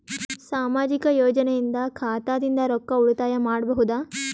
ಸಾಮಾಜಿಕ ಯೋಜನೆಯಿಂದ ಖಾತಾದಿಂದ ರೊಕ್ಕ ಉಳಿತಾಯ ಮಾಡಬಹುದ?